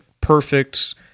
perfect